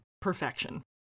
perfection